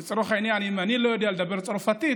לצורך העניין, אם אני לא יודע לדבר צרפתית,